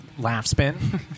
Laughspin